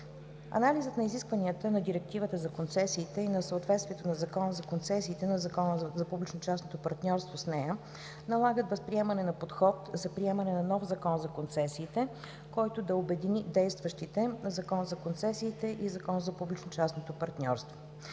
Анализът на изискванията на Директивата за концесиите и на съответствието на Закона за концесиите и на Закона за публично-частното партньорство с нея налагат възприемане на подход за приемане на нов Закон за концесиите, който да обедини действащите Закон за концесиите и Закон за публично-частното партньорство.